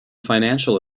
financial